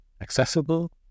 accessible